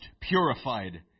purified